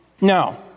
No